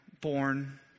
born